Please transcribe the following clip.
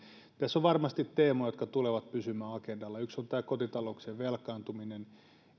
tässä on varmasti teemoja jotka tulevat pysymään agendalla yksi on tämä kotitalouksien velkaantuminen